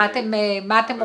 מה אתם מוכנים?